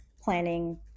planning